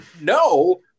no